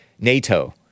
NATO